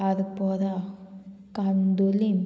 Arpora Candolim